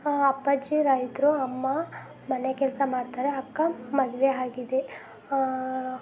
ಅಪ್ಪಾಜಿ ರೈತರು ಅಮ್ಮ ಮನೆ ಕೆಲಸ ಮಾಡ್ತಾರೆ ಅಕ್ಕ ಮದುವೆ ಆಗಿದೆ